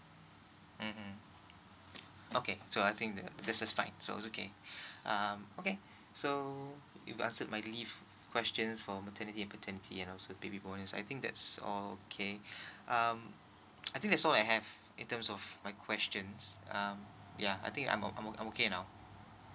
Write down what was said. mmhmm okay so I think the that's that's fine so okay um okay so you got answered my leave questions for meternity and paternity and also baby bonus I think that's okay um I think that's all I have in terms of my questions um yeah I think I'm I'm okay now